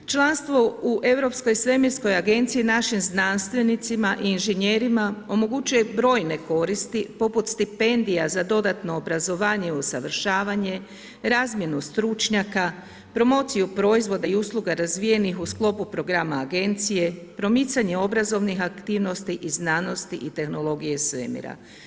Članstvo u Europskoj svemirskoj agenciji našim znanstvenicima i inžinjerima omogućuje brojne koristi poput stipendija za dodatno obrazovanje i usavršavanje, razmjenu stručnjaka, promociju proizvoda i usluga razvijenih u sklopu programa agencije, promicanje obrazovnih aktivnosti i znanosti i tehnologije svemira.